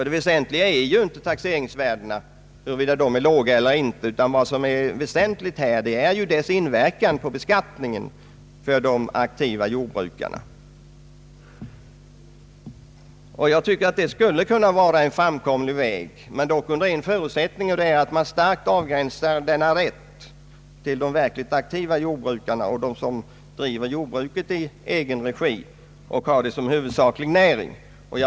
Det väsentliga är inte huruvida taxeringsvärdena är låga eller inte, utan det väsentliga är deras inverkan på beskattningen av de aktiva jordbrukarna. Det skulle kunna vara en framkomlig väg — dock under en förutsättning, nämligen att man starkt avgränsar denna rätt till de verkligt aktiva jordbru karna, de som driver jordbruket i egen regi och har det som huvudsaklig näring.